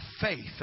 faith